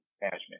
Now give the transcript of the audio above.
management